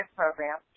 program